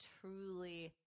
truly